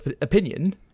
opinion